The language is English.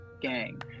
gang